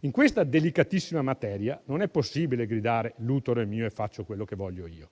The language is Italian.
In questa delicatissima materia non è possibile gridare: l'utero è mio e faccio quello che voglio io.